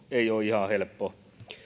ei ole ihan helppoa